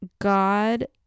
God